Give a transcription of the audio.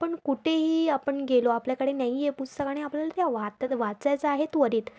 आपण कुठेही आपण गेलो आपल्याकडे नाही आहे पुस्तक आणि आपल्याला ते वाताय वाचायचं आहे त्वरित